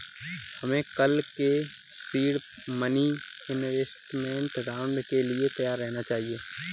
हमें कल के सीड मनी इन्वेस्टमेंट राउंड के लिए तैयार रहना चाहिए